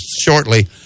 shortly